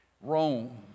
Rome